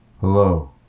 Hello